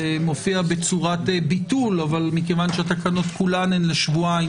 זה מופיע בצורת ביטול התקנות כולן הן לשבועיים